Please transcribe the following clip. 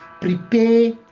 Prepare